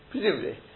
Presumably